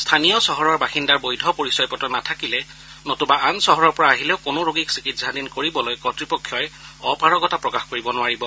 স্থানীয় চহৰৰ বাসিন্দাৰ বৈধ পৰিচয় পত্ৰ নাথাকিলে নতুবা আন চহৰৰ পৰা আহিলেও কোনো ৰোগীক চিকিৎসাধীন কৰিবলৈ কৰ্ড়পক্ষই অপাৰগতা প্ৰকাশ কৰিব নোৱাৰিব